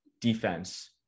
defense